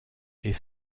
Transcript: est